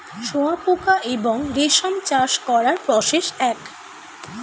শুয়োপোকা এবং রেশম চাষ করার প্রসেস এক